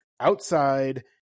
Outside